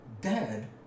dead